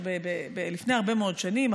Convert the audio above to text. לפני הרבה מאוד שנים,